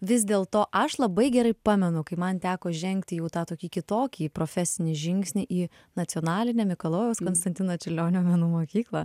vis dėlto aš labai gerai pamenu kai man teko žengti jau tą tokį kitokį profesinį žingsnį į nacionalinę mikalojaus konstantino čiurlionio menų mokyklą